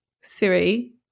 Siri